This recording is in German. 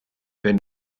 wenn